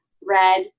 Red